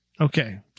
Okay